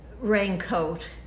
raincoat